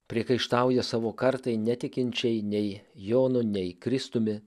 priekaištauja savo kartai netikinčiai nei jonu nei kristumi